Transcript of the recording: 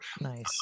Nice